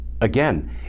again